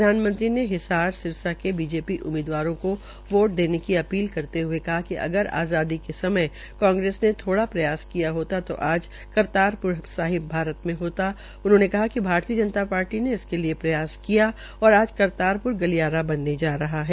प्रधानमंत्री ने हिसार सिरसा के बीजेपी उम्मीदवारों को वोट देने की अपील करते हये कहा कहा कि अगर आज़ादी के समय कांग्रेस ने थोड़ा प्रयास किया होता तो आज करतार प्र साहिब भारत में होता उन्होंने कहा कि भारतीय जनता पार्टी ने इसके लिये प्रयास किया और आज करतार गलियारा बनने जा रहा है